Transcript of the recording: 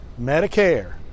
Medicare